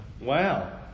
Wow